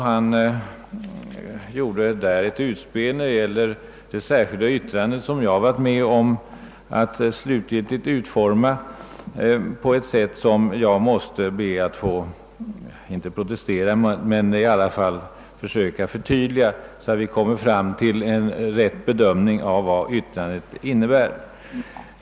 Han gjorde ett utspel vad beträffar tolkningen av det särskilda yttrande, som jag varit med om att utforma, på ett sätt som tvingar mig att, kanske inte direkt protestera mot men i alla fall anmäla behov av att förtydliga, så att vi kan göra en riktig bedömning av vad yttrandet innebär.